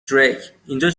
درکاینجا